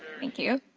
thank you.